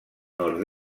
nord